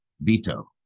veto